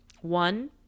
One